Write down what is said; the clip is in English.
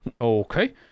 Okay